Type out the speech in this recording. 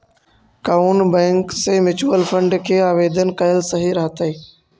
कउन बैंक से mutual fund के आवेदन कयल सही रहतई?